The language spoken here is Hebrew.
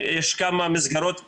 יש כמה מסגרות כאלה,